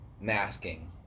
masking